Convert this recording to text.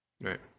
Right